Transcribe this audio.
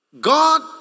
God